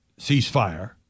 ceasefire